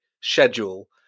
schedule